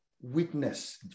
witness